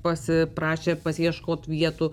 pasiprašė pasiieškot vietų